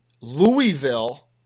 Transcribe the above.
Louisville